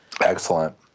Excellent